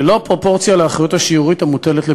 ללא פרופורציה לאחריות השיורית המוטלת לפתחה.